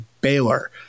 Baylor